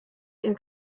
ihr